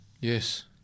Yes